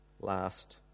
last